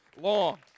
long